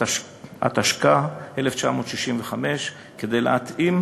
התשכ"ה 1965, כדי להתאים